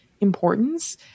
importance